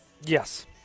Yes